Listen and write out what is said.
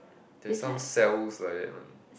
there's some cells like that one